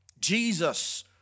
Jesus